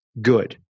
good